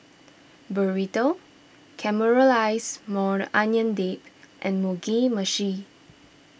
Burrito Caramelized Maui Onion Dip and Mugi Meshi